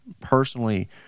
personally